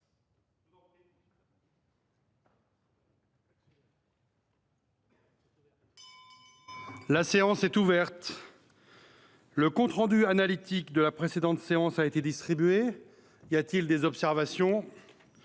La séance est ouverte. Le compte rendu analytique de la précédente séance a été distribué. Il n’y a pas d’observation ?…